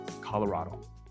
Colorado